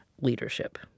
leadership